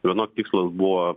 vienok tikslas buvo